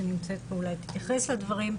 שנמצאת פה אולי תתייחס לדברים.